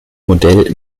modell